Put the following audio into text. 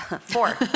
Four